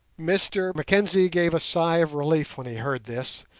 mr mackenzie gave a sigh of relief when he heard this,